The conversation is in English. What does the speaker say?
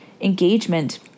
engagement